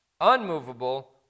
unmovable